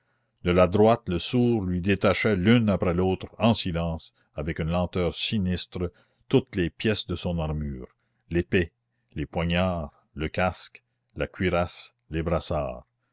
de la droite le sourd lui détachait l'une après l'autre en silence avec une lenteur sinistre toutes les pièces de son armure l'épée les poignards le casque la cuirasse les brassards